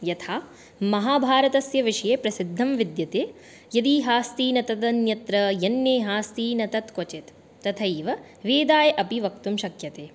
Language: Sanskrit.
यथा महाभारतस्य विषये प्रसिद्धं विद्यते यदिहास्ति तदन्यत्र यन्नेहास्ति न तत्क्वचित् तथैव वेदाय अपि वक्तुं शक्यते